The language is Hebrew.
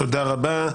תודה רבה.